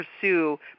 pursue